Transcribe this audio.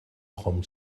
home